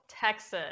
Texas